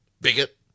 bigot